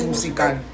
Musical